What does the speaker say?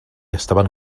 estaven